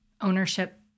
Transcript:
ownership